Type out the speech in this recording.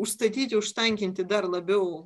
užstatyti užtankinti dar labiau